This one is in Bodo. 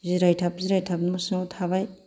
जिरायथाब जिरायथाब न' सिङाव थाबाय